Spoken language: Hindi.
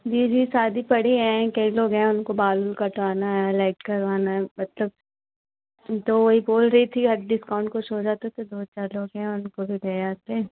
जी जी शादी पड़ी है कई लोग हैं उनको बाल उल कटवाना है लाइट करवाना है मतलब तो वही बोल रही थी डिस्काउंट कुछ हो जाता तो दो चार लोग हैं उनको भी ले आते